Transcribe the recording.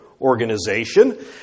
organization